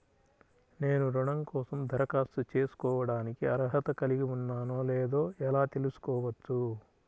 నేను రుణం కోసం దరఖాస్తు చేసుకోవడానికి అర్హత కలిగి ఉన్నానో లేదో ఎలా తెలుసుకోవచ్చు?